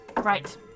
Right